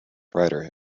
writer